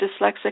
dyslexic